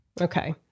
Okay